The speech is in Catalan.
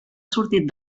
sortit